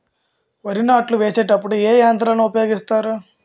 వరి నాట్లు వేసేటప్పుడు ఏ యంత్రాలను ఉపయోగిస్తారు?